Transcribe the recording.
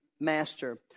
master